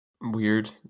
weird